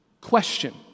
Question